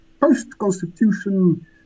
post-Constitution